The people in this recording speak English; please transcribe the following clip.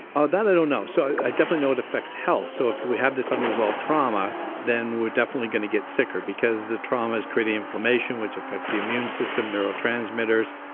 ah that i don't know. so i definitely know it affects health, so if we have this unresolved trauma then we're definitely going to get sicker because the trauma's creating inflammation, which affects the immune system neurotransmitters,